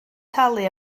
talu